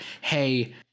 hey